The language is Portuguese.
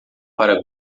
para